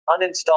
uninstall